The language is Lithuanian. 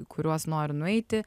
į kuriuos noriu nueiti